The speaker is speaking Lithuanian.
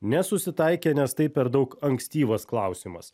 nesusitaikė nes tai per daug ankstyvas klausimas